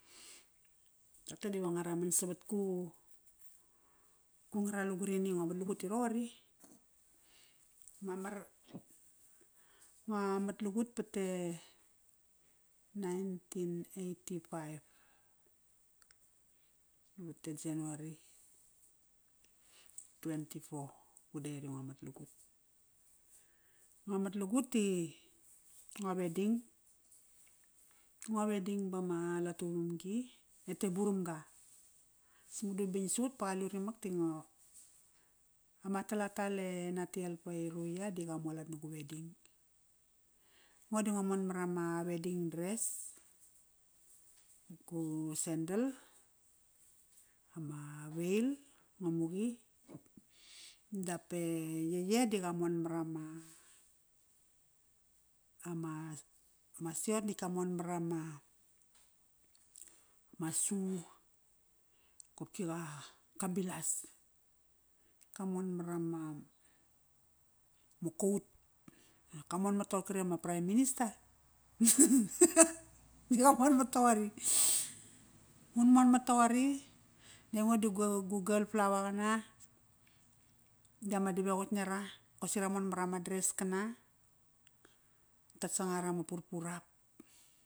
Toqote diva nguaraman savat gu gu nagara lugurini i ngo matlagut ti roqori. Mamar. Ngo matlagut vate nineteen eighty-five, vat e January twenty-fourth, gu date i ngo matlagut Ngua matlagut ti ngo wedding, ngo wedding bama latu vamgi et e Buramga, si madu bing sut ba qalut imak di ngo, ama talatal e Nathiel Pairuia di qa mualat nagu wedding Ngo di ngo mon marama wedding dress, gu sandle, ama veil ngo muqi, dap e eye di qamon marama ama, ama siot natk ka mon marama ma shoe. Qopki qa, qa bilas. Qa mon marama coat. Qa monmat toqor kri i ama prime minister di qa monmat toqori un monmat toqori. aingo di gu girl flower qana, di ama davequtk nara. Qosi ramonmat ama dress kana. Tat sangar ama purpurap.